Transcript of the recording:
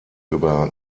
über